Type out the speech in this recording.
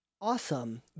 Awesome